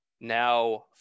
now